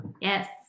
Yes